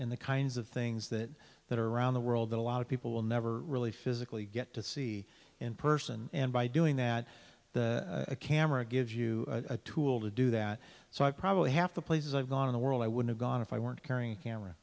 in the kinds of things that that are around the world that a lot of people will never really physically get to see in person and by doing that the camera gives you a tool to do that so i probably have the places i've gone in the world i would have gone if i weren't carrying a camera